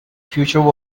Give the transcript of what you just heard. future